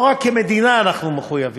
לא רק כמדינה אנחנו מחויבים.